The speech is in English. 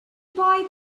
boy